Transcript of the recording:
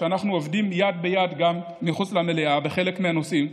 שאנחנו עובדים יד ביד גם מחוץ למליאה בחלק מהנושאים,